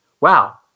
wow